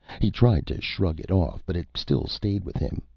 he tried to shrug it off, but it still stayed with him,